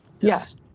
Yes